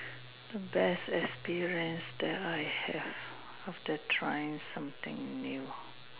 the best experience that I have after trying something new